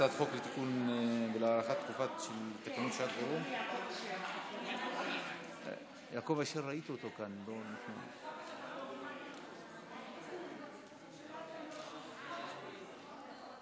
הארכת תקופות ודחיית מועדים בענייני הליכי מס ומענקי סיוע (נגיף